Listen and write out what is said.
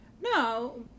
No